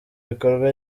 bikorwa